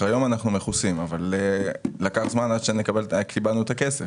כיום אנחנו מכוסים אבל לקח זמן עד שקיבלנו את הכסף.